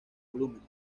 volúmenes